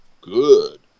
good